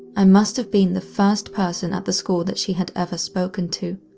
i must've been the first person at the school that she had ever spoken to.